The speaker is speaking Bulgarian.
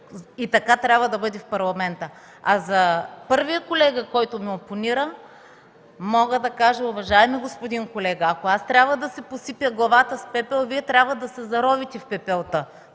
И така трябва да бъде в Парламента. За първия колега, който ми опонира, мога да кажа, уважаеми господин колега, че ако аз трябва да си посипя главата с пепел, Вие трябва да се заровите в пепелта.